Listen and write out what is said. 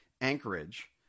anchorage